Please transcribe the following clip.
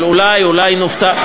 אבל אולי אולי נופתע,